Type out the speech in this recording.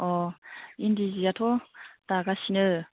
अ इन्दि सिआथ' दागासिनो